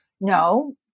no